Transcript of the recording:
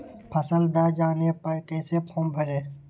फसल दह जाने पर कैसे फॉर्म भरे?